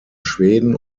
schweden